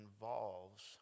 involves